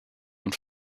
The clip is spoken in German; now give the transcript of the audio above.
und